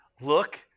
look